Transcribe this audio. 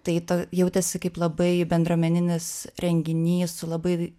tai ta jautėsi kaip labai bendruomeninis renginys su labai